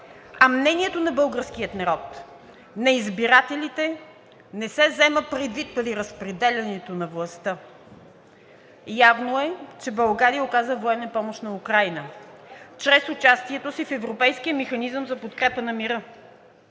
а мнението на българския народ, на избирателите, не се взема предвид при разпределянето на властта. Явно е, че България оказва военна помощ на Украйна чрез участието си в Европейския механизъм за подкрепа на мира